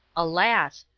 alas!